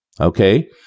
okay